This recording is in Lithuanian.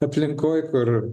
aplinkoj kur